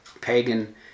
pagan